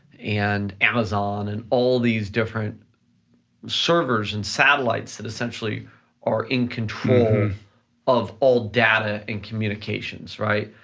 and amazon and all these different servers and satellites that essentially are in control of all data and communications, right?